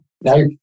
No